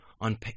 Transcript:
on